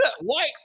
white